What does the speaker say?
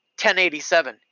1087